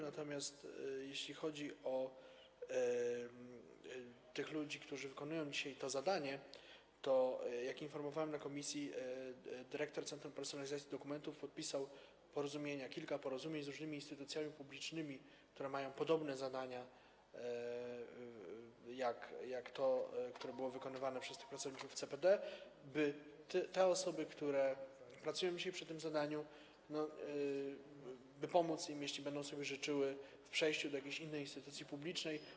Natomiast jeśli chodzi o tych ludzi, którzy wykonują dzisiaj to zadanie, to jak informowałem w komisji, dyrektor Centrum Personalizacji Dokumentów podpisał kilka porozumień z różnymi instytucjami publicznymi, które mają podobne zadania jak to, które było wykonywane przez pracowników CPD, by tym osobom, które pracują dzisiaj przy tym zadaniu, pomóc, jeśli będą sobie życzyły, w przejściu do jakiejś innej instytucji publicznej.